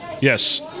yes